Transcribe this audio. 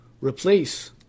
replace